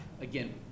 Again